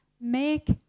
Make